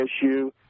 issue